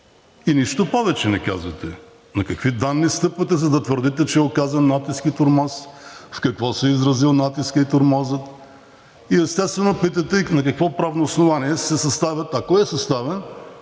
и нищо повече не казвате. На какви данни стъпвате, за да твърдите, че е оказан натиск и тормоз? В какво се е изразил натискът и тормозът? Естествено, питате и на какво правно основание се съставя, ако е съставен,